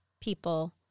people